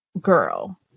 girl